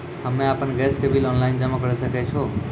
हम्मे आपन गैस के बिल ऑनलाइन जमा करै सकै छौ?